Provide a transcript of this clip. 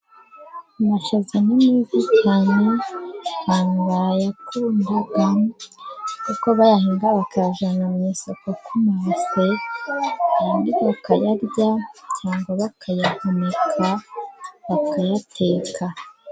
Amashaza ni mvu cyane, abantu barayakunda, kuko bayahinga bakayajyana mu isoko ku mabase, ayandi bakayarya cyangwa bakayahunika, bakayateka.